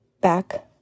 back